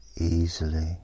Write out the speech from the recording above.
easily